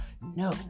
no